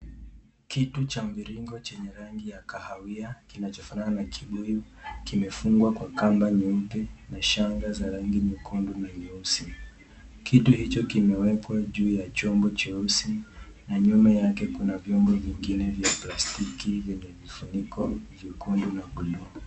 Kitu cha mviringo chenye rangi ya kahawia kinachofanana na kibuyu kimefungwa kwa kamba nyeupe na shanga za rangi nyekundu na nyeusi. Kitu hicho kimewekwa juu ya chombo cheusi na nyuma yake kuna vyombo vingine vya plastiki yenye vifuniko vyekundu na buluu.